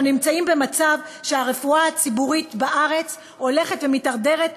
אנחנו נמצאים במצב שהרפואה הציבורית בארץ הולכת ומידרדרת,